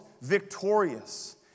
victorious